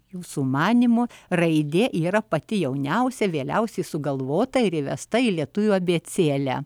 jūsų manymu raidė yra pati jauniausia vėliausiai sugalvota ir įvesta į lietuvių abėcėlę